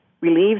relieved